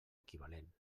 equivalent